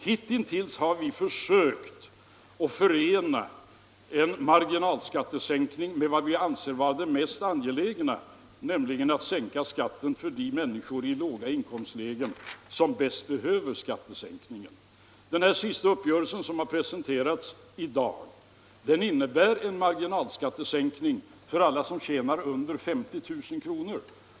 Hitintills har vi försökt förena en marginalskattesänkning med vad vi anser vara det mest angelägna, nämligen att sänka skatten för de människor i låginkomstlägen som bäst behöver skattesänkningen. Den senaste uppgörelsen, som har presenterats i dag, innebär emellertid en marginalskattesänkning för alla som tjänar under 50 000 kr.